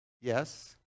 yes